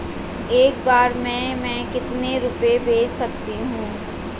एक बार में मैं कितने रुपये भेज सकती हूँ?